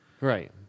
Right